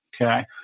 okay